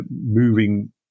moving